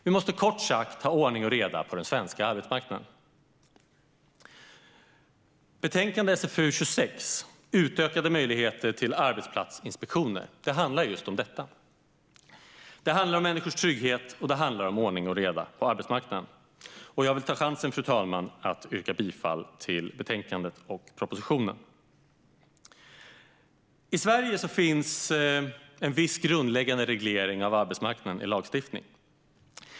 Kort sagt måste vi ha ordning och reda på den svenska arbetsmarknaden. Betänkande SfU26 Utökade möjligheter till arbetsplatsinspek tioner handlar just om detta. Det handlar om människors trygghet, och det handlar om ordning reda på arbetsmarknaden. Fru talman! Jag vill ta chansen att yrka bifall till utskottets förslag i betänkandet och till propositionen. I Sverige finns det en viss grundläggande reglering av arbetsmarknaden i lagstiftningen.